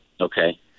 Okay